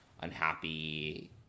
unhappy